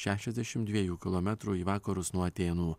šešiasdešimt dviejų kilometrų į vakarus nuo atėnų